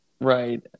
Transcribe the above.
Right